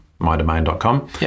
mydomain.com